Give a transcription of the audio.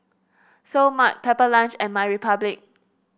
Seoul Mart Pepper Lunch and MyRepublic